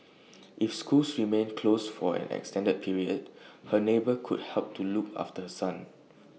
if schools remain close for an extended period her neighbour could help to look after her son